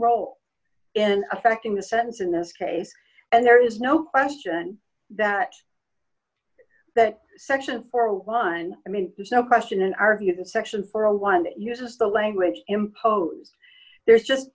role in affecting the sense in this case and there is no question that that section for one i mean there's no question in our view that section for a one uses the language imposed there's just